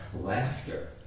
laughter